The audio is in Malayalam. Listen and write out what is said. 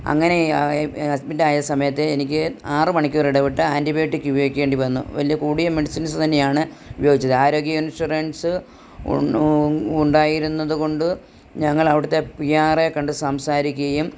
അങ്ങനെ അഡ്മിറ്റായ സമയത്ത് എനിക്ക് ആറ് മണിക്കൂർ ഇടവിട്ട് ആൻറ്റിബയോടിക് ഉപയോഗിക്കേണ്ടി വന്നു വലിയ കൂടിയ മെഡിസിൻസ് തന്നെയാണ് ഉപയോഗിച്ചത് ആരോഗ്യ ഇൻഷൂറൻസ് ഉണ്ടായിരുന്നത് കൊണ്ട് ഞങ്ങളവിടത്തെ പീ ആർ എ കണ്ട് സംസാരിക്കുകയും